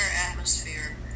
atmosphere